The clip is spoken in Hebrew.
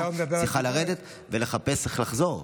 והיא צריכה לרדת ולחפש איך לחזור.